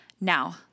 Now